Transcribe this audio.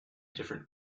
different